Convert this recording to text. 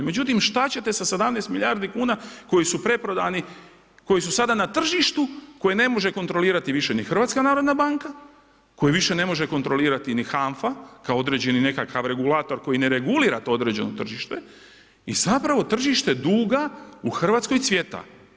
Međutim, šta ćete sa 17 milijardi kuna koji su preprodani, koji su sada na tržištu, koje ne može kontrolirati više ni HNB, koji više ne može kontrolirati ni HANFA kao određeni nekakav regulator koji ne regulira to određeno tržište i zapravo tržište duga u Hrvatskoj cvjeta.